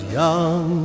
young